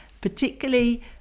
particularly